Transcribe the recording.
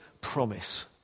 promise